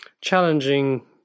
challenging